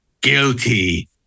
Guilty